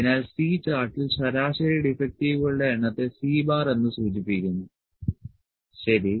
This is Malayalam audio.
അതിനാൽ C ചാർട്ടിൽ ശരാശരി ഡിഫെക്ടുകളുടെ എണ്ണത്തെ C എന്ന് സൂചിപ്പിക്കുന്നു ശരി